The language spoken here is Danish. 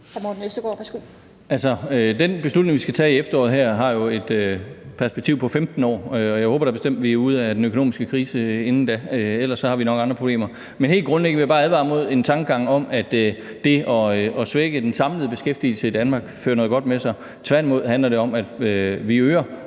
beslutning, vi skal tage i efteråret her, har jo et perspektiv på 15 år, og jeg håber da bestemt, at vi er ude af den økonomiske krise inden da. Ellers har vi nok andre problemer. Men helt grundlæggende vil jeg bare advare imod en tankegang om, at det at svække den samlede beskæftigelse i Danmark fører noget godt med sig. Tværtimod handler det om, at vi øger